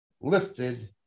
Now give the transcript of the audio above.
lifted